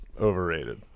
overrated